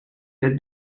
that